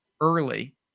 early